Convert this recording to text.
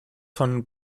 von